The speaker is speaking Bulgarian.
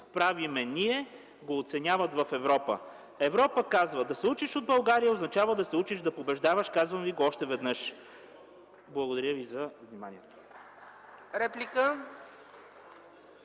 правим ние, го оценяват в Европа. Европа казва: „Да се учиш от България, означава да се учиш да побеждаваш”, казвам ви го още веднъж. Благодаря ви за вниманието.